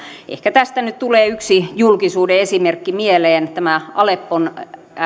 ehkä tästä nyt tulee yksi julkisuuden esimerkki mieleen tämä aleppon